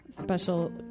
special